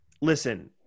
listen